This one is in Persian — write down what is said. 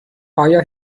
آیا